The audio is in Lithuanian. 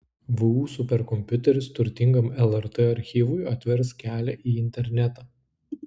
vu superkompiuteris turtingam lrt archyvui atvers kelią į internetą